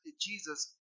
Jesus